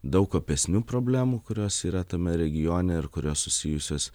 daug opesnių problemų kurios yra tame regione ir kurios susijusios